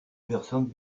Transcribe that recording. personnes